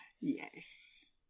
Yes